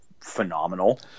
phenomenal